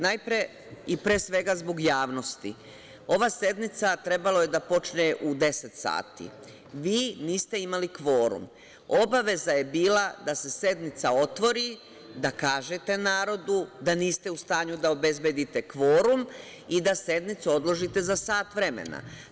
Najpre, i pre svega zbog javnosti, ova sednica trebalo je da počne u 10 sati, vi niste imali kvorum, obaveza je bila da se sednica otvori da kažete narodu da niste u stanju da obezbedite kvorum i da sednicu odložite za sat vremena.